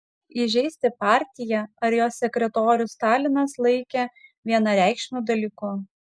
įžeisti partiją ar jos sekretorių stalinas laikė vienareikšmiu dalyku